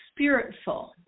spiritful